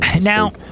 Now